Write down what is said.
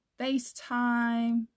FaceTime